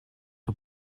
aux